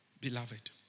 beloved